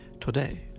Today